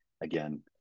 again